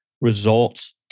results